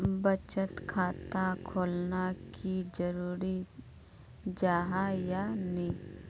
बचत खाता खोलना की जरूरी जाहा या नी?